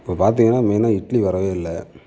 இப்போ பார்த்திங்கனா மெய்னாக இட்லி வரவே இல்லை